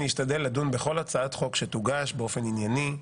אני אשתדל לדון בכל הצעת חוק שתוגש באופן ענייני,